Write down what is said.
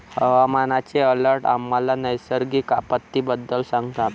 हवामानाचे अलर्ट आम्हाला नैसर्गिक आपत्तींबद्दल सांगतात